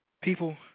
People